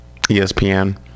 espn